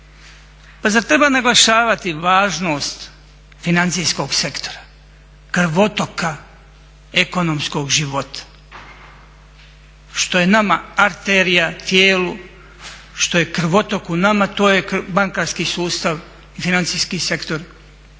Pa zar treba naglašavati važnost financijskog sektora, krvotoka ekonomskog života što je nama arterija tijelu, što je krvotok u nama to je bankarski sustav i financijski sektor